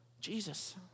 Jesus